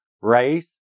race